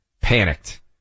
panicked